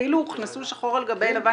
אפילו הוכנסו שחור על גבי לבן לחוק ההסדרים.